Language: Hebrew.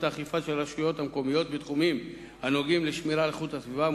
האכיפה של הרשויות המקומיות בתחומים הנוגעים לשמירה על איכות הסביבה,